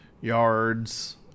yards